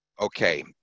Okay